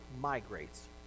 migrates